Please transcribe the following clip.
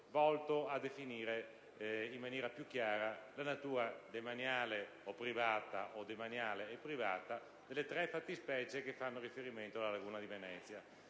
volto a definire in maniera più chiara la natura, demaniale o privata, o demaniale e privata, delle tre tipologie di area che fanno riferimento alla laguna di Venezia: